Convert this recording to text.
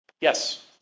Yes